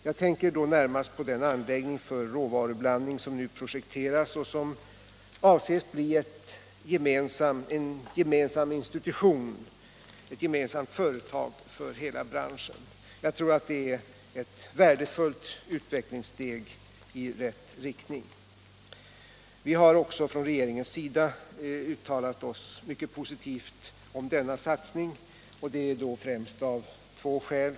Jag tänker då närmast på den anläggning för råvarublandning som nu projekteras och som avses bli gemensam för hela branschen. Jag tror att det är ett steg i rätt riktning. Regeringen har uttalat sig mycket positivt om denna satsning, och det är främst av två skäl.